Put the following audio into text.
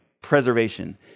preservation